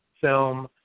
film